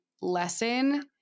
lesson